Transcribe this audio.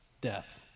death